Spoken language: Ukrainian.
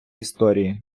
історії